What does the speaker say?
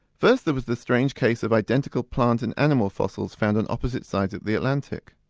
first there was the strange case of identical plant and animal fossils found on opposite sides of the atlantic.